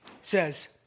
says